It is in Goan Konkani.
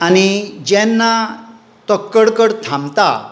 आनी जेन्ना तो कडकड थामता